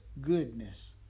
goodness